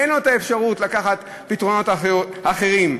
אין לו אפשרות לקחת פתרונות אחרים.